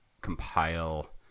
compile